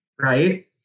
right